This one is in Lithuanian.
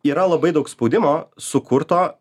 yra labai daug spaudimo sukurto